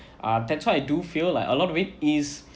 uh that's why I do feel like a lot of it is